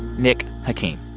nick hakim.